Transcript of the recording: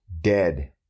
Dead